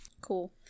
Cool